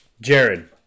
Jared